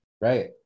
right